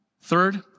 Third